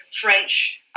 French